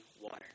water